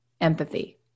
empathy